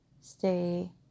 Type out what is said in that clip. stay